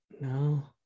no